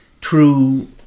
true